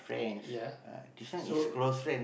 ya so